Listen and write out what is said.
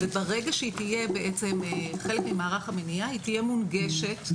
ברגע שהיא תהיה חלק ממערך המניעה היא תהיה מונגשת,